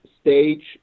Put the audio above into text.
stage